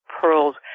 Pearl's